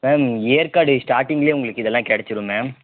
ma'am Yercaud ஸ்டார்ட்டிங்களையே உங்களுக்கு இது எல்லாம் கிடைச்சுரும் மேம்